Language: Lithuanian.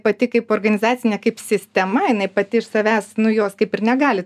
pati kaip organizacinė kaip sistema jinai pati iš savęs nu jos kaip ir negali